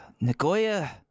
Nagoya